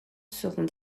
sont